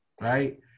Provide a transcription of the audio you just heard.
Right